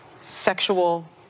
sexual